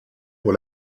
pour